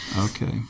okay